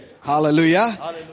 Hallelujah